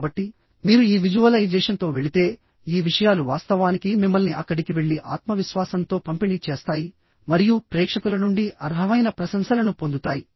కాబట్టి మీరు ఈ విజువలైజేషన్తో వెళితే ఈ విషయాలు వాస్తవానికి మిమ్మల్ని అక్కడికి వెళ్లి ఆత్మవిశ్వాసంతో పంపిణీ చేస్తాయి మరియు ప్రేక్షకుల నుండి అర్హమైన ప్రశంసలను పొందుతాయి